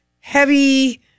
heavy